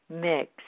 mix